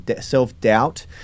self-doubt